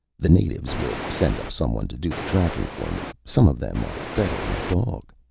the natives will send up someone to do the tracking for me. some of them are better than a dog.